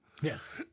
Yes